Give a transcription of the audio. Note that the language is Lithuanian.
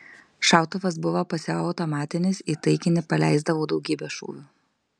šautuvas buvo pusiau automatinis į taikinį paleisdavau daugybę šūvių